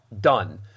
done